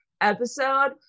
episode